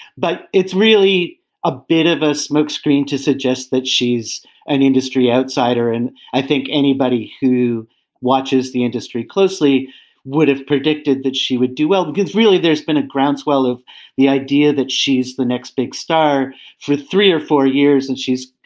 but it's really a bit of a smokescreen to suggest that she's an industry outsider. and i think anybody who watches the industry closely would have predicted that she would do well, because really there's been a groundswell of the idea that she's the next big star for three or four years. and she's,